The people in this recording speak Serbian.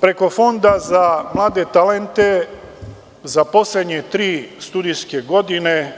Preko Fonda za mlade talente za poslednje tri studijske godine